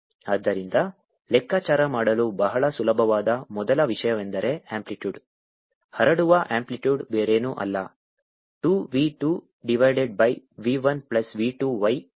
ಆದ್ದರಿಂದ ಲೆಕ್ಕಾಚಾರ ಮಾಡಲು ಬಹಳ ಸುಲಭವಾದ ಮೊದಲ ವಿಷಯವೆಂದರೆ ಅಂಪ್ಲಿಟ್ಯೂಡ್ ಹರಡುವ ಅಂಪ್ಲಿಟ್ಯೂಡ್ ಬೇರೇನೂ ಅಲ್ಲ 2 v 2 divided by v 1 plus v 2 y ಘಟನೆ ಆಗಿದೆ